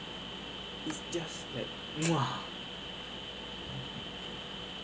it's just like muah